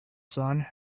sun